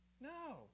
no